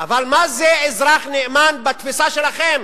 אבל מה זה אזרח נאמן בתפיסה שלכם?